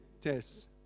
tests